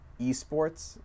esports